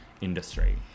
industry